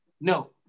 No